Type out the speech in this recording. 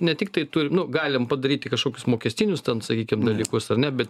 ne tiktai turim nu galim padaryti kažkokius mokestinius ten sakykim dalykus ar ne bet